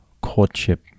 courtship